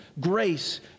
grace